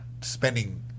spending